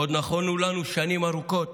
עוד נכונו לנו שנים ארוכות